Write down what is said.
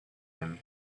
him